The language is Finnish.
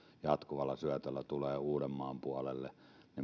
jatkuvalla syötöllä tulee uudenmaan puolelle